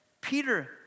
Peter